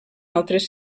altres